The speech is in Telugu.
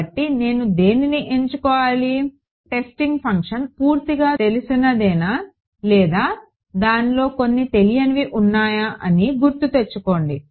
కాబట్టి నేను దేనిని ఎంచుకోవాలి టెస్టింగ్ ఫంక్షన్ పూర్తిగా తెలిసినదేనా లేదా దానిలో కొన్ని తెలియనివి ఉన్నాయా అని గుర్తుతెచ్చుకోండి